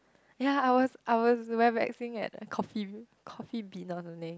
ya I was I was at coffee bean coffee bean or something